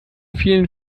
vielen